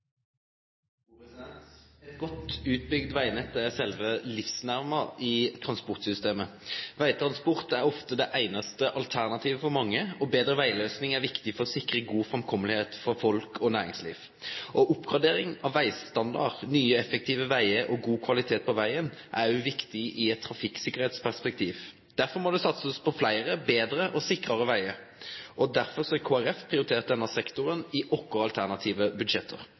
sjølve livsnerven i transportsystemet. Vegtransport er ofte det einaste alternativet for mange, og betre vegløysingar er viktige for å sikre god framkomelegheit for folk og næringsliv. Oppgradering av vegstandard, nye effektive vegar og god kvalitet på vegen er viktig i eit trafikksikkerheitsperspektiv. Derfor må det satsast på fleire, betre og sikrare vegar, og derfor har Kristeleg Folkeparti prioritert denne sektoren i